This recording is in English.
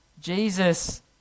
Jesus